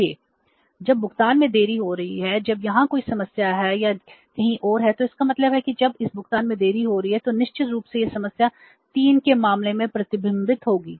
इसलिए जब भुगतान में देरी हो रही है जब यहां कोई समस्या है या कहीं और है तो इसका मतलब है कि जब इस भुगतान में देरी हो रही है तो निश्चित रूप से यह समस्या 3 के मामले में प्रतिबिंबित होगी